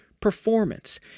performance